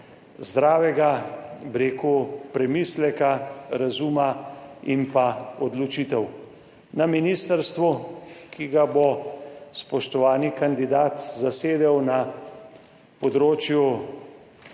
zdravega, bi rekel, premisleka, razuma in pa odločitev. Na ministrstvu, ki ga bo spoštovani kandidat zasedel na področju